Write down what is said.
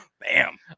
Bam